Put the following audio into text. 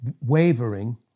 wavering